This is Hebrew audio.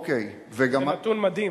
זה נתון מדהים.